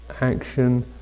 action